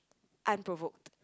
unprovoked